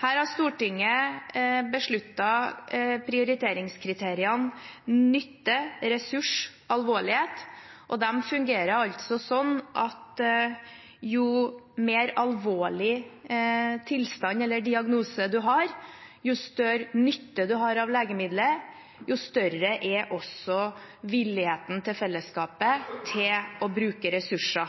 Her har Stortinget besluttet prioriteringskriteriene nytte–ressurs–alvorlighet, og de fungerer altså slik at jo mer alvorlig tilstand eller diagnose man har, jo større nytte man har av legemiddelet, jo større er også villigheten til fellesskapet til å bruke ressurser.